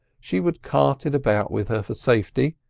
she would cart it about with her for safety,